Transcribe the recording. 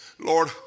Lord